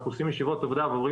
אנחנו עושים ישיבות עבודה ועוברים